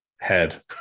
head